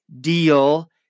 deal